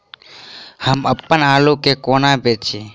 हम अप्पन आलु केँ कोना बेचू?